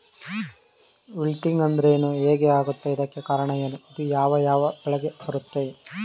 Wilting ಅಂದ್ರೇನು? ಹೆಗ್ ಆಗತ್ತೆ? ಇದಕ್ಕೆ ಕಾರಣ ಏನು? ಇದು ಯಾವ್ ಯಾವ್ ಬೆಳೆಗೆ ಬರುತ್ತೆ?